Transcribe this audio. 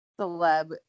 celeb